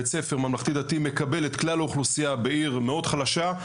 שנמצאים בבית ספר ממלכתי דתי שמקבל את כלל האוכלוסייה בעיר מאוד חלשה,